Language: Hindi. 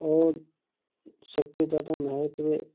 और सब से ज़्यादा महत्व